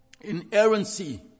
inerrancy